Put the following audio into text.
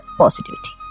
positivity